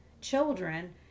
children